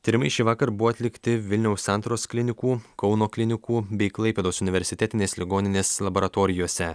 tyrimai šįvakar buvo atlikti vilniaus santaros klinikų kauno klinikų bei klaipėdos universitetinės ligoninės laboratorijose